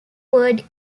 word